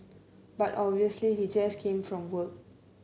but obviously he just came from work